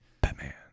batman